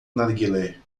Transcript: narguilé